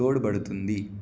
తోడ్బడుతుంది